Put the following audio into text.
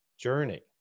journey